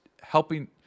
helping